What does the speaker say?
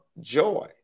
joy